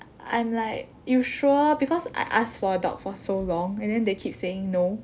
I'm like you sure because I asked for a dog for so long and then they keep saying no